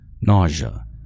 nausea